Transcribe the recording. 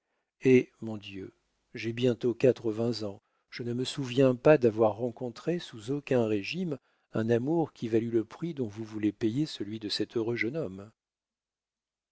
hé mon dieu j'ai bientôt quatre-vingts ans je ne me souviens pas d'avoir rencontré sous aucun régime un amour qui valût le prix dont vous voulez payer celui de cet heureux jeune homme